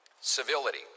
civility